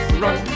run